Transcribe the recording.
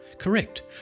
Correct